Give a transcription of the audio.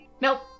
Nope